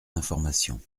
d’information